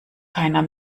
keiner